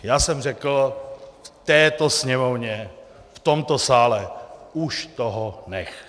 Já jsem řekl v této Sněmovně, v tomto sále: Už toho nech!